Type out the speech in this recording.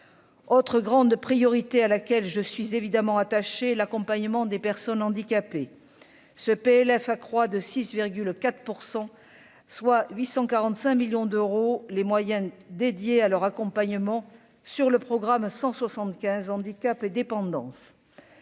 autre grande priorité à laquelle je suis évidemment attachés l'accompagnement des personnes handicapées ce PLF accroît de 6,4 % soit 845 millions d'euros les moyens dédiés à leur accompagnement sur le programme 175 Handicap et dépendance